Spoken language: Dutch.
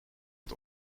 het